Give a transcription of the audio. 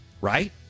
right